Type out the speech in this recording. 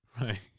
right